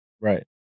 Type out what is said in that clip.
Right